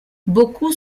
beaucoup